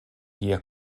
kia